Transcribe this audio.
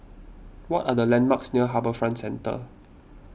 what are the landmarks near HarbourFront Centre